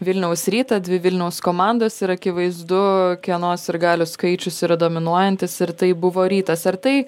vilniaus rytą dvi vilniaus komandos ir akivaizdu kieno sirgalių skaičius yra dominuojantis ir tai buvo rytas ar tai